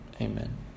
Amen